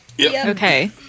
Okay